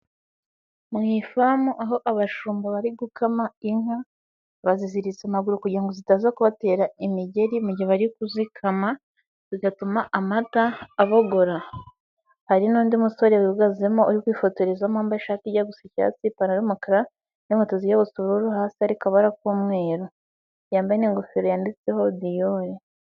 Mu ifamu aho abashumba bari gukama inka, baziziritse amaguru kugira ngo zitaza kubatera imigeri mu gihe bari kuzikama, bigatuma amata abogora, hari n'undi musore uhagazemo uri kwifotorezamo wambaye ishati ijya gusa icyatsi, ipantaro y'umukara n'inkweto zijya gusa uburu, hasi hari akabara k'umweru, yambaye n'ingofero yanditseho dior.